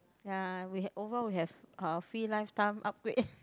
ya we had overall we have uh free lifetime upgrade